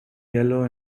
yellow